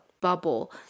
bubble